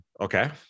okay